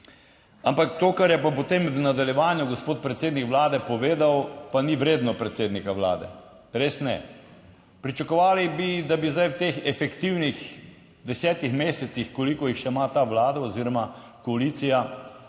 Ampak to kar je pa potem v nadaljevanju gospod predsednik Vlade povedal, pa ni vredno predsednika Vlade, res ne. Pričakovali bi, da bi zdaj v teh efektivnih desetih mesecih, koliko jih še ima ta vlada oziroma koalicija,